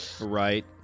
Right